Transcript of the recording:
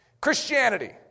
Christianity